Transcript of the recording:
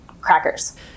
crackers